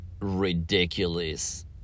ridiculous